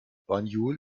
banjul